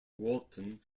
walton